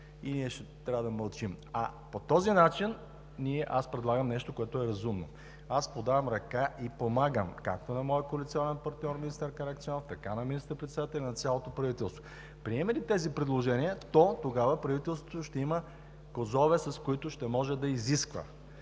И ние ще трябва да мълчим. Аз предлагам нещо, което е разумно. По този начин подавам ръка и помагам както на моя коалиционен партньор – министър Каракачанов, така на министър-председателя и на цялото правителство. Приемем ли тези предложения, то тогава правителството ще има козове, с които ще може да изисква.